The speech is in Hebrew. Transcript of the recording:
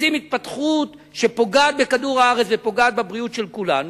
רוצים התפתחות שפוגעת בכדור-הארץ ופוגעת בבריאות של כולנו,